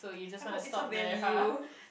I hope it's a value